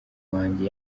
wanjye